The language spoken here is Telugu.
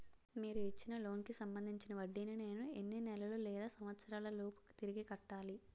మీరు ఇచ్చిన లోన్ కి సంబందించిన వడ్డీని నేను ఎన్ని నెలలు లేదా సంవత్సరాలలోపు తిరిగి కట్టాలి?